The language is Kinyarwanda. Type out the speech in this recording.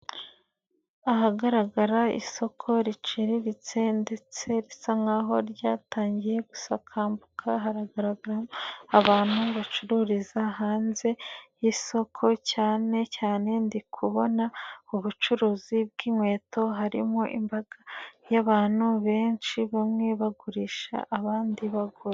Ahagaragara isoko riciriritse ndetse risa nkaho ryatangiye gusakambuka, hagaragara abantu bacururiza hanze y'isoko cyane cyane ndi kubona ubucuruzi bw'inkweto, harimo imbaga y'abantu benshi, bamwe bagurisha abandi bagura.